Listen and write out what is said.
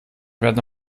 werden